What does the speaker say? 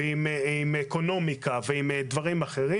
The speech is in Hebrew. עם אקונומיקה ועם דברים אחרים